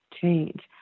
change